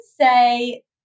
say